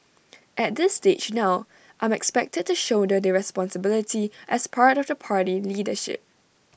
at this stage now I'm expected to shoulder the responsibility as part of the party leadership